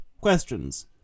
Questions